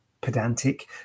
Pedantic